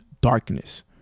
darkness